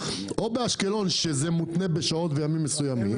או באשקלון שזה מותנה בשעות וימים מסוימים.